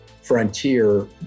frontier